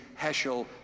Heschel